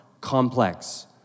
complex